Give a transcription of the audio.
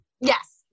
Yes